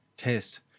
test